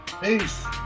Peace